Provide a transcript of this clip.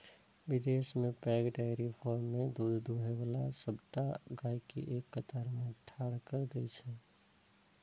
विदेश मे पैघ डेयरी फार्म मे दूध दुहै बला सबटा गाय कें एक कतार मे ठाढ़ कैर दै छै